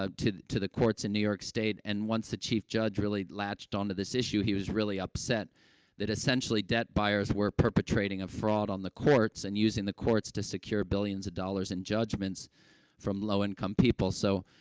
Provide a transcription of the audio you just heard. ah, to to the courts in new york state. and once the chief judge really latched onto this issue, he was really upset that, essentially, debt buyers were perpetrating a fraud on the courts and using the courts to secure billions of dollars in judgments from low-income people. so,